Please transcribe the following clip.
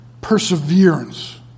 perseverance